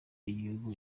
y’igihugu